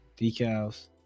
decals